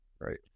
right